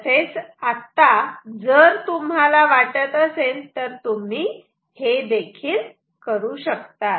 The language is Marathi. तसेच आता जर तुम्हाला वाटत असेल तर तुम्ही हे देखील करू शकतात